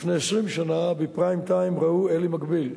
לפני 20 שנה בפריים-טיים ראו "אלי מקביל".